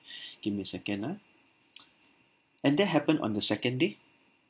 give me a second ah and that happened on the second day